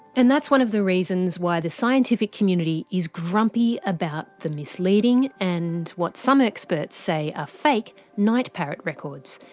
and that's one of the reasons why the scientific community is grumpy about the misleading and what some experts say are ah fake night parrot records.